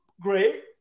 Great